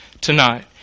tonight